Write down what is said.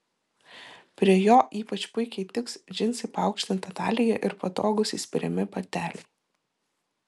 prie jo ypač puikiai tiks džinsai paaukštinta talija ir patogūs įspiriami bateliai